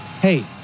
Hey